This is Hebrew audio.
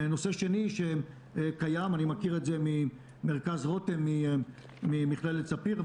נושא שני שקיים שאני מכיר אותו ממרכז רותם ממכללת ספיר,